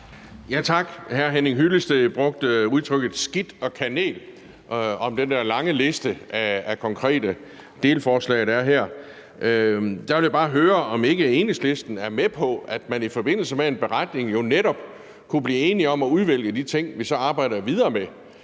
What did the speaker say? Tak. Hr. Henning Hyllested brugte udtrykket »skidt og kanel« om den der lange liste på konkrete delforslag, der er her. Jeg vil bare høre, om Enhedslisten er med på det, hvis man i forbindelse med en beretning kunne blive enige om at udvælge de ting, vi skulle arbejde videre med.